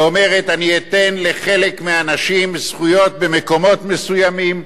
ואומרת: אני אתן לחלק מהאנשים זכויות במקומות מסוימים,